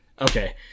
okay